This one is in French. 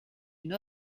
une